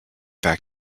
back